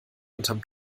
unterm